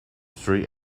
three